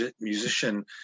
musician